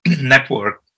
network